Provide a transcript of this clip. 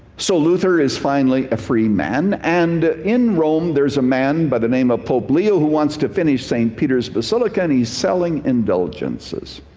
so luther is finally a free man. and in rome there is a man by the name of pope leo who wants to finish st. peter's basilica and he's selling indulgences.